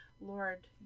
Lord